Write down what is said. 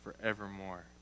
forevermore